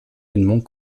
edmond